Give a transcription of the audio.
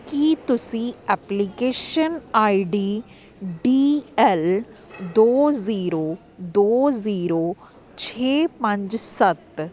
ਕੀ ਤੁਸੀਂ application I D D L ਦੋ zero ਦੋ ਜ਼ੀਰੋ ਛੇ ਪੰਜ ਸੱਤ